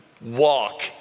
walk